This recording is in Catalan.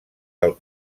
del